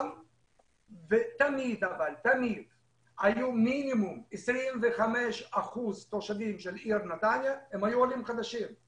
תמיד היו מינימום 25 אחוזים עולים חדשים מושבי העיר נתניה.